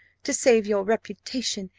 to save your reputation,